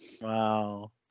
wow